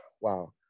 Wow